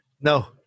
No